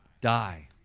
die